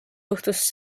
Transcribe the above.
juhtus